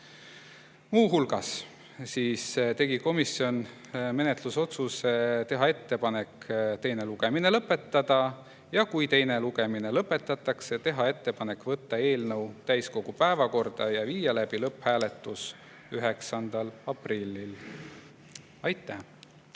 Muu hulgas tegi komisjon otsuse teha ettepanek teine lugemine lõpetada ja kui teine lugemine lõpetatakse, siis tehakse ettepanek võtta eelnõu täiskogu päevakorda ja viia läbi lõpphääletus 9. aprillil. Aitäh!